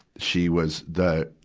she was the,